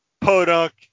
podunk